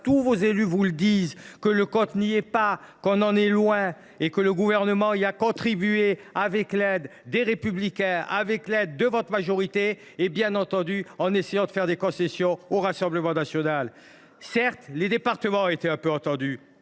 tous vos élus vous le disent : le compte n’y est pas, loin de là, et le Gouvernement y a contribué avec l’aide du parti Les Républicains, avec l’aide de votre majorité et, bien entendu, en cherchant à faire des concessions au Rassemblement national. Certes, les départements ont été un peu entendus,